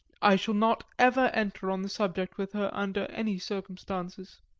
i shall not ever enter on the subject with her under any circumstances.